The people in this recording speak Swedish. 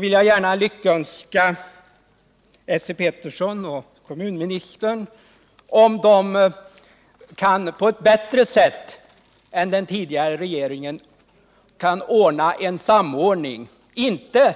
Men jag skall lyckönska Esse Petersson och kommunministern om de på ett bättre sätt än den tidigare regeringen kan få till stånd en samordning, inte